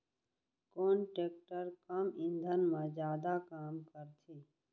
कोन टेकटर कम ईंधन मा जादा काम करथे?